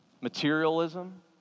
materialism